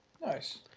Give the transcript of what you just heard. Nice